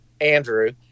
Andrew